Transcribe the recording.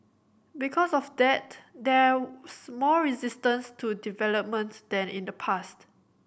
because of that there's more resistance to development than in the past